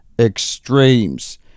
extremes